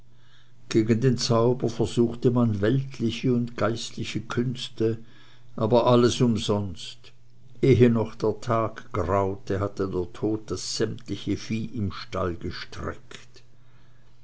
gegen den zauber versuchte man weltliche und geistliche künste aber alle umsonst ehe noch der tag graute hatte der tod das sämtliche vieh im stalle gestreckt